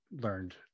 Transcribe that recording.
learned